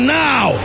now